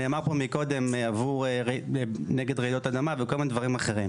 נאמר פה מקודם נגד רעידות אדמה וכל מיני דברים אחרים,